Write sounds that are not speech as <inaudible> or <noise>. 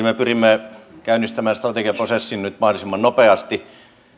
<unintelligible> me pyrimme käynnistämään strategiaprosessin nyt mahdollisimman nopeasti